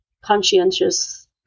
conscientious